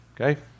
okay